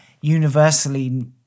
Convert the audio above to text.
universally